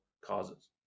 causes